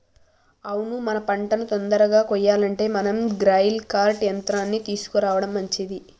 అవును మన పంటను తొందరగా కొయ్యాలంటే మనం గ్రెయిల్ కర్ట్ యంత్రాన్ని తీసుకురావడం మంచిది